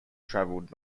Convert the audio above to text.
traveled